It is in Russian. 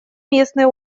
местные